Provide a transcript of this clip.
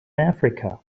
africa